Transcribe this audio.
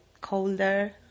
colder